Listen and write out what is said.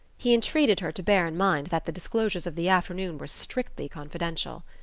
he entreated her to bear in mind that the disclosures of the afternoon were strictly confidential.